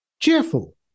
cheerful